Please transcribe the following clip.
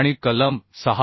आणि कलम 6